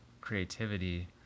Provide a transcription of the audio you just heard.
creativity